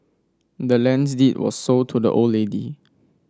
the land's deed was sold to the old lady